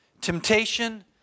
Temptation